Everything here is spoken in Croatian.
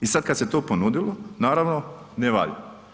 I sad kad se to ponudilo, naravno, ne valja.